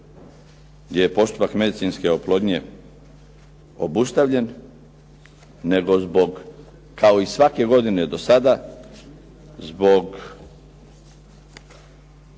je postupak medicinske oplodnje obustavljen, nego zbog kao i svake godine do sada zbog